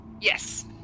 Yes